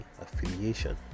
affiliation